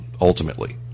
ultimately